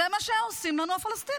זה מה שעושים לנו הפלסטינים.